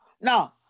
Now